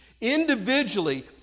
individually